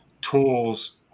tools